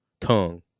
tongue